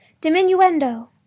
diminuendo